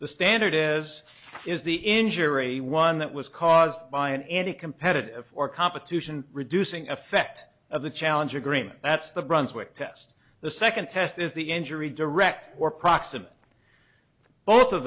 the standard as is the injury one that was caused by an anti competitive or competition reducing effect of the challenge agreement that's the brunswick test the second test is the injury direct or